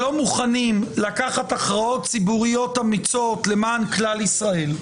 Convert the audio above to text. שלא מוכנים לקחת הכרעות ציבוריות אמיצות למען כלל ישראל,